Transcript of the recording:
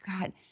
God –